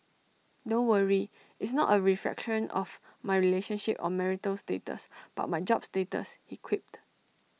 don't worry it's not A reflection of my relationship or marital status but my job status he quipped